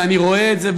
ואני רואה את זה,